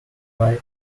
wife